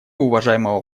уважаемого